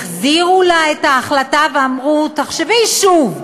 החזירו לה את ההחלטה ואמרו: תחשבי שוב.